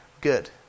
good